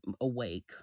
awake